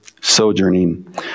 sojourning